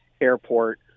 airport